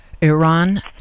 Iran